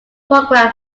program